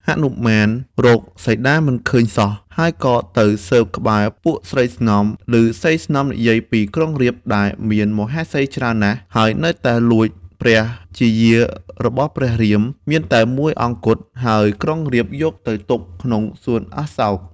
ហនុមានរកសីតាមិនឃើញសោះ ហើយក៏ទៅស៊ើបក្បែរពួកស្រីស្នំ ឮស្រីស្នំនិយាយពី ក្រុងរាពណ៍ដែលមានមហេសីច្រើនណាស់ ហើយនៅតែទៅលួចព្រះជាយារបស់ព្រះរាមដែល មានតែមួយអង្គគត់ ហើយក្រុងរាពណ៍យកទៅទុកក្នុងសួនអសោក។